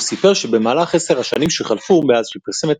הוא סיפר שבמהלך עשר השנים שחלפו מאז שפרסם את